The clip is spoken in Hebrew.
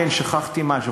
כן שכחתי משהו,